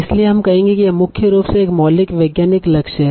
इसलिए हम कहेंगे कि यह मुख्य रूप से एक मौलिक वैज्ञानिक लक्ष्य है